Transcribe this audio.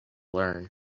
learn